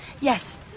Yes